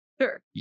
Sure